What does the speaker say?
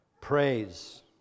Praise